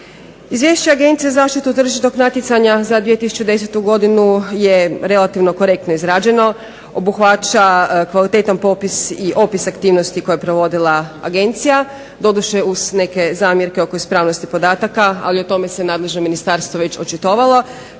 Izvješće Agencije za zaštitu tržišnog natjecanja za 2010. godinu je relativno korektno izrađeno, obuhvaća kvalitetan popis i opis aktivnosti koje je provodila agencija, doduše uz neke zamjerke oko ispravnosti podataka ali o tome se nadležno ministarstvo već očitovalo